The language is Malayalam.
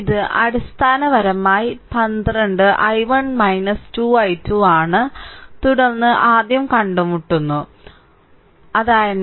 ഇത് അടിസ്ഥാനപരമായി 12 i1 2 i2 ആണ് തുടർന്ന് ആദ്യം കണ്ടുമുട്ടുന്നു ടെർമിനൽ